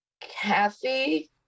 Kathy